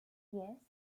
yes